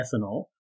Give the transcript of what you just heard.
ethanol